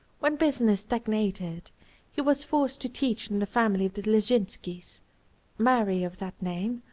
when business stagnated he was forced to teach in the family of the leszynskis mary of that name,